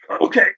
Okay